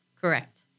Correct